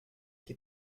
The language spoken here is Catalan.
qui